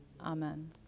Amen